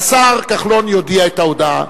השר נאמן יודיע את ההודעה,